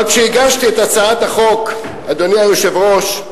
אבל כשהגשתי את הצעת החוק, אדוני היושב-ראש,